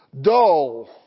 dull